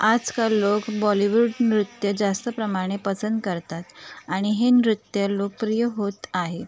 आजकाल लोक बॉलीवूड नृत्य जास्त प्रमाणे पसंत करतात आणि हे नृत्य लोकप्रिय होत आहे